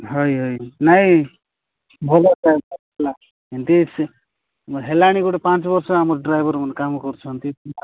ହଏ ହଏ ନାଇଁ ଭଲ ଏମିତି ହେଲାଣି ଗୋଟେ ପାଞ୍ଚ ବର୍ଷ ଆମର ଡ୍ରାଇଭରମାନେ କାମ କରୁଛନ୍ତି